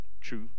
true